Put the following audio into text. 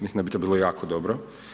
Mislim da bi to bilo jako dobro.